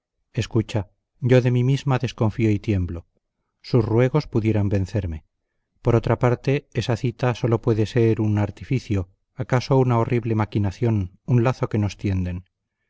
escucha yo de mí misma desconfío y tiemblo sus ruegos pudieran vencerme por otra parte esa cita sólo puede ser un artificio acaso una horrible maquinación un lazo que nos tienden